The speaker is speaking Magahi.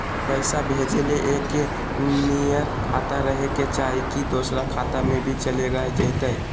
पैसा भेजे ले एके नियर खाता रहे के चाही की दोसर खाता में भी चलेगा जयते?